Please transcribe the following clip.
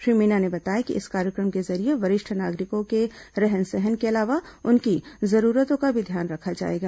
श्री मीणा ने बताया कि इस कार्यक्रम के जरिये वरिष्ठ नागरिकों के रहन सहन के अलावा उनकी जरूरत का भी ध्यान रखा जाएगा